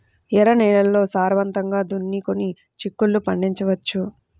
ఎర్ర నేలల్లో సారవంతంగా దున్నుకొని చిక్కుళ్ళు పండించవచ్చు